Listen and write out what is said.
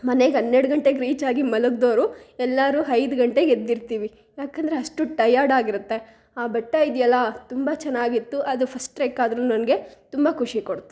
ಮನೆಗೆ ಹನ್ನೆರಡು ಗಂಟೆಗೆ ರೀಚಾಗಿ ಮಲಗಿದವ್ರು ಎಲ್ಲರೂ ಐದು ಗಂಟೆಗೆ ಎದ್ದಿರ್ತೀವಿ ಏಕಂದ್ರೆ ಅಷ್ಟು ಟಯರ್ಡ್ ಆಗಿರುತ್ತೆ ಆ ಬೆಟ್ಟ ಇದೆಯಲ್ಲ ತುಂಬ ಚೆನ್ನಾಗಿತ್ತು ಅದು ಫಸ್ಟ್ ಟ್ರೆಕ್ ಆದರೂ ನನಗೆ ತುಂಬ ಖುಷಿ ಕೊಟ್ತು